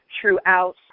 throughout